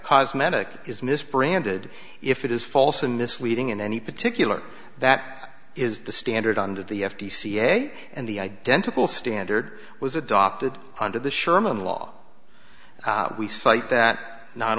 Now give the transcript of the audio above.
cosmetic is misbranded if it is false and misleading in any particular that is the standard under the f t c a a and the identical standard was adopted under the sherman law we cite that not